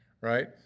right